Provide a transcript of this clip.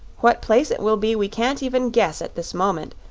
what place it will be we can't even guess at this moment,